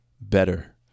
better